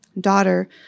Daughter